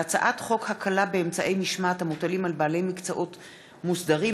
הצעת חוק הקלה באמצעי משמעת המוטלים על בעלי מקצועות מוסדרים,